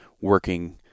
working